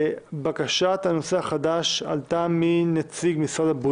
התשפ"א-2020 (מ/1370),